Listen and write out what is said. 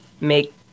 make